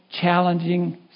challenging